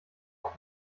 auf